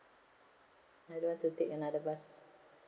I don't want to take another bus